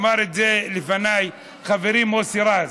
ואמרו את זה לפניי חברי מוסי רז